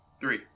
Three